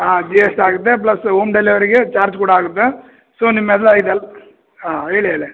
ಹಾಂ G S T ಆಗುತ್ತೆ plus ಓಮ್ ಡೆಲಿವರಿಗೆ ಚಾರ್ಜ್ ಕೂಡ ಆಗುತ್ತೆ ಸೊ ನಿಮ್ಮ ಎಲ್ಲ ಇದೆಲ್ಲ ಹಾಂ ಹೇಳಿ ಹೇಳಿ